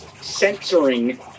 censoring